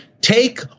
take